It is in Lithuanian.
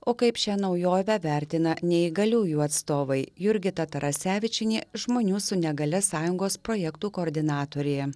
o kaip šią naujovę vertina neįgaliųjų atstovai jurgita tarasevičienė žmonių su negalia sąjungos projektų koordinatorė